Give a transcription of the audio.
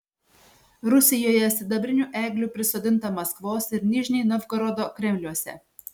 rusijoje sidabrinių eglių prisodinta maskvos ir nižnij novgorodo kremliuose